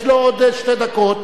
יש לו עוד שתי דקות.